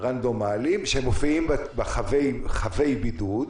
רנדומליים שמופיעים בחבי בידוד